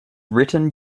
written